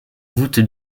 voûte